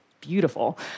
beautiful